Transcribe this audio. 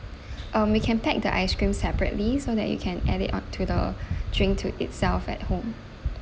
um we can pack the ice cream separately so that you can add it on to the drink to itself at home